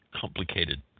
complicated